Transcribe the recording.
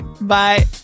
Bye